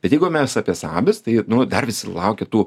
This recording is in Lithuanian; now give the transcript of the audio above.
bet jeigu mes apie sabis tai nu dar visi laukia tų